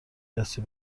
رسمی